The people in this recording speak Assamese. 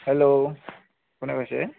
হেল্ল' কোনে কৈছে